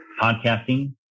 podcasting